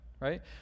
right